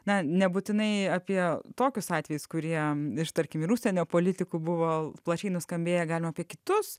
na nebūtinai apie tokius atvejus kurie iš tarkim ir užsienio politikų buvo plačiai nuskambėję galima apie kitus